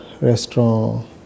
restaurant